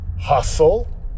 Hustle